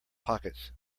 pockets